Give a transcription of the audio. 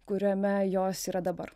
kuriame jos yra dabar